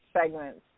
segments